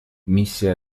миссия